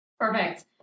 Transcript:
Perfect